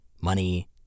money